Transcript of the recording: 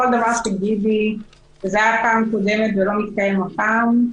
כל דבר שתגידי עליו שהיה בפעם הקודמת ולא מתקיים הפעם,